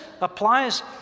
applies